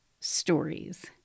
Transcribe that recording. stories